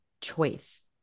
choice